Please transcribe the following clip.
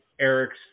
Eric's